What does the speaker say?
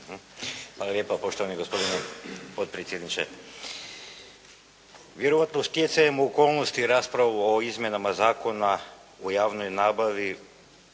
lijepa poštovani gospodine potpredsjedniče. Vjerojatno stjecajem okolnosti raspravu o izmjenama Zakona o javnoj nabavi